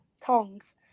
tongs